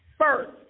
first